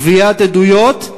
גביית עדויות,